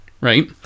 right